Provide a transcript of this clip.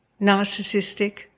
narcissistic